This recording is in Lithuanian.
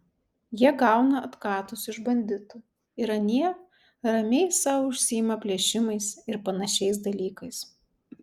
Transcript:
jie gauna atkatus iš banditų ir anie ramiai sau užsiima plėšimais ir panašiais dalykais